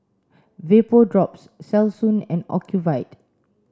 Vapodrops Selsun and Ocuvite